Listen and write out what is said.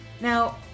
Now